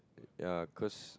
ya cause